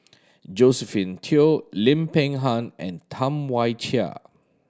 Josephine Teo Lim Peng Han and Tam Wai Jia